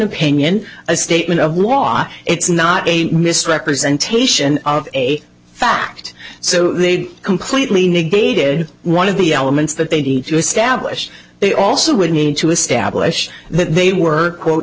opinion a statement of law it's not a misrepresentation of a fact so they completely negated one of the elements that they need to establish they also would need to establish that they were quote